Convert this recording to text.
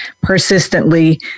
persistently